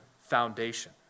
foundation